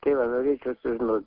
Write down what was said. tai va norėčiau sužinot